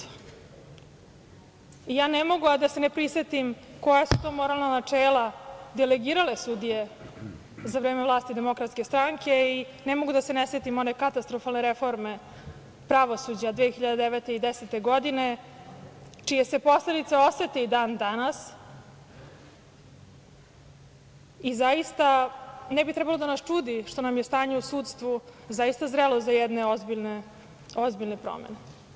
Ja ne mogu, a da se ne prisetim koja su to moralna načela delegirale sudije za vreme vlasti Demokratske stranke i ne mogu da se ne setim one katastrofalne reforme pravosuđa 2009. i 2010. godine čije se posledice osete i dan danas, i zaista ne bi trebalo da nas čudi što nam je stanje u sudstvu zaista zrelo za jedne ozbiljne promene.